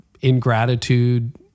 ingratitude